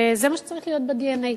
וזה מה שצריך להיות ב-DNA.